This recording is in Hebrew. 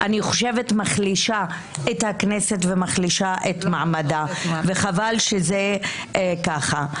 אני חושבת שמחלישה את הכנסת ומחלישה את מעמדה וחבל שזה ככה.